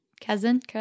cousin